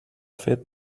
fet